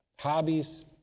hobbies